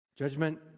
Judgment